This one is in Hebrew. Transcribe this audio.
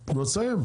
אסיים.